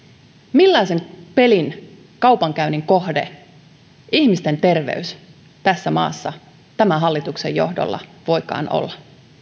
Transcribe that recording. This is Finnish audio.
millaisen pelin kaupankäynnin kohde ihmisten terveys tässä maassa tämän hallituksen johdolla voikaan olla